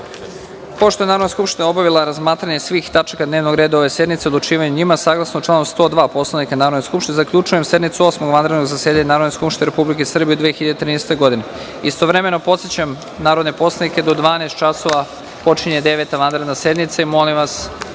je Narodna skupština obavila razmatranje svih tačaka dnevnog reda ove sednice i odlučivanje o njima, saglasno članu 102. Poslovnika Narodne skupštine, zaključujem sednicu Osmog vanrednog zasedanja Narodne skupštine Republike Srbije u 2013. godini. Istovremeno podsećam narodne poslanike da u 12.00 časova počinje Deveta vanredna sednica i molim vas